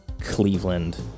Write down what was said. Cleveland